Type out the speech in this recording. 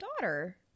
daughter